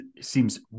seems